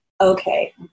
Okay